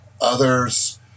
others